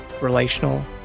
relational